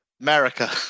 America